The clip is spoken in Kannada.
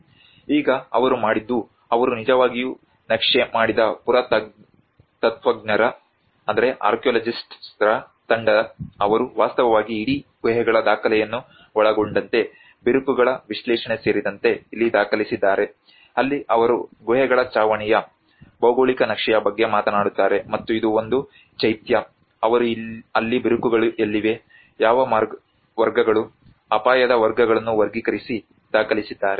ಈಗ ಅವರು ಮಾಡಿದ್ದು ಅವರು ನಿಜವಾಗಿಯೂ ನಕ್ಷೆ ಮಾಡಿದ ಪುರಾತತ್ತ್ವಜ್ಞರ ತಂಡ ಅವರು ವಾಸ್ತವವಾಗಿ ಇಡೀ ಗುಹೆಗಳ ದಾಖಲೆಯನ್ನು ಒಳಗೊಂಡಂತೆ ಬಿರುಕುಗಳ ವಿಶ್ಲೇಷಣೆ ಸೇರಿದಂತೆ ಇಲ್ಲಿ ದಾಖಲಿಸಿದ್ದಾರೆ ಅಲ್ಲಿ ಅವರು ಗುಹೆಗಳ ಚಾವಣಿಯ ಭೌಗೋಳಿಕ ನಕ್ಷೆಯ ಬಗ್ಗೆ ಮಾತನಾಡುತ್ತಾರೆ ಮತ್ತು ಇದು ಒಂದು ಚೈತ್ಯ ಅವರು ಅಲ್ಲಿ ಬಿರುಕುಗಳು ಎಲ್ಲಿವೆ ಯಾವ ವರ್ಗಗಳು ಅಪಾಯದ ವರ್ಗಗಳನ್ನು ವರ್ಗೀಕರಿಸಿ ದಾಖಲಿಸಿದ್ದಾರೆ